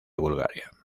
bulgaria